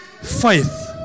faith